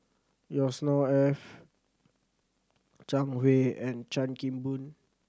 Yusnor Ef Zhang Hui and Chan Kim Boon